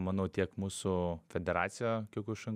manau tiek mūsų federacija kiokušin